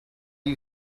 you